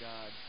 God